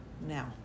Now